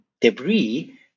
debris